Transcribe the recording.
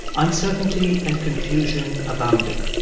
uncertainty and confusion abounded.